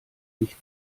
licht